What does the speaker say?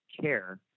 care